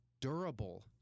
durable